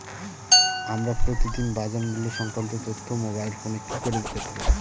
আমরা প্রতিদিন বাজার মূল্য সংক্রান্ত তথ্য মোবাইল ফোনে কি করে পেতে পারি?